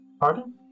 Pardon